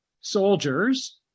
soldiers